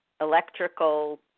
electrical